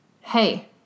hey